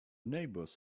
neighbors